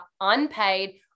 unpaid